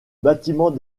bâtiment